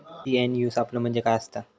TNAU सापलो म्हणजे काय असतां?